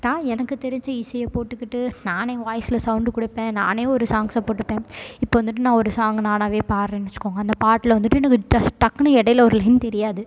தான் எனக்குத் தெரிஞ்ச இசையை போட்டுக்கிட்டு நானே வாய்ஸில் சவுண்டு கொடுப்பேன் நானே ஒரு சாங்ஸை போட்டுப்பேன் இப்போ வந்துவிட்டு நான் ஒரு சாங் நானாகவே பாடுறேன்னு வெச்சுக்கோங்க அந்த பாட்டில் வந்துவிட்டு எனக்கு ஜஸ்ட் டக்குனு இஒரு லைன் தெரியாது